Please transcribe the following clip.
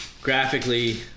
Graphically